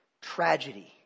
tragedy